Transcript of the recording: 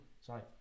Sorry